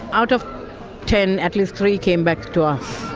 out of ten, at least three came back to us.